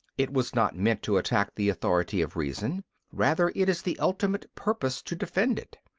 it was not meant to attack the authority of reason rather it is the ultimate purpose to defend it.